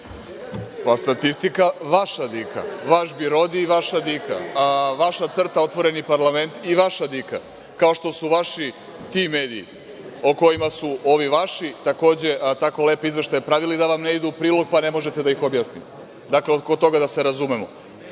Statistika, vaša dika, vaš BIRODI i vaša dika, vaša CRTA, Otvoreni parlament i vaša dika, kao što su vaši ti mediji o kojima su ovi vaši, takođe, tako lepe izveštaje pravili da vam ne idu u prilog, pa ne možete da ih objasnite. Dakle, oko toga da se razumemo.